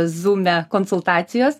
zūme konsultacijos